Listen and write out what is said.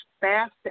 fast